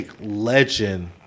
legend